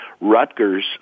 Rutgers